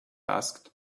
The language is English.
asked